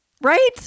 Right